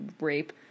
rape